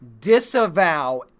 disavow